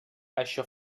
això